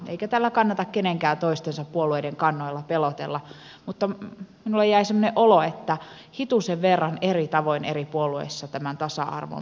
eikä täällä kannata kenenkään toistensa puolueiden kannoilla pelotella mutta minulle jäi semmoinen olo että hitusen verran eri tavoin eri puolueissa tämän tasa arvon miellämme